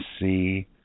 see